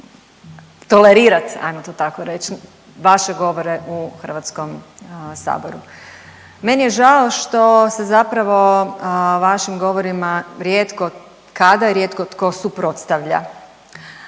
tolerirati hajmo to tako reći vaše govore u Hrvatskom saboru. Meni je žao što se zapravo u vašim govorima rijetko kada i rijetko tko suprotstavlja,